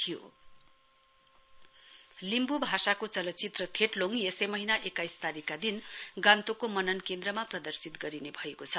Limbu feature Limbu भाषाको चलचित्र थेटलोङ यसै महीना एक्काइस तारीकका दिन गान्तोकको मनन केन्द्रमा प्रदर्शित गरिने भएको छ